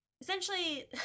Essentially